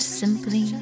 simply